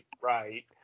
right